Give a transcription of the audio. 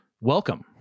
Welcome